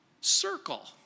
circle